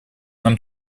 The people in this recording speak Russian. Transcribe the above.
нам